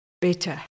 better